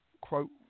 quote